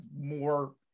more